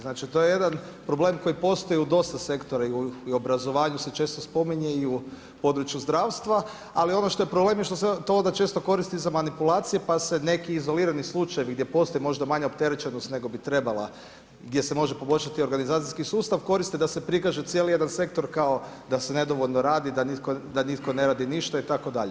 Znači to je jedan problem koji postoji u dosta sektora i u obrazovanju se često spominje i u području zdravstva, ali ono što je problem, što se ono često koristi za manipulacije, pa se neki izolirani slučajevi, gdje postoji možda manja opterećenosti, nego bi trebala, gdje se može poboljšati organizacijski sustav, koristi, da se prikaže cijeli jedan sektor, kao, da se nedovoljno radi, da nitko ne radi ništa itd.